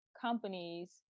companies